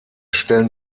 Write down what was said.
stellen